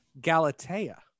galatea